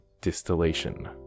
distillation